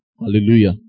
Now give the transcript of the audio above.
Hallelujah